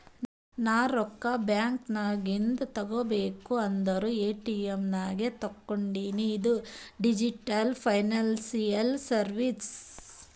ನಾ ರೊಕ್ಕಾ ಬ್ಯಾಂಕ್ ನಾಗಿಂದ್ ತಗೋಬೇಕ ಅಂದುರ್ ಎ.ಟಿ.ಎಮ್ ನಾಗೆ ತಕ್ಕೋತಿನಿ ಇದು ಡಿಜಿಟಲ್ ಫೈನಾನ್ಸಿಯಲ್ ಸರ್ವೀಸ್